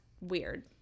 weird